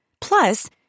Plus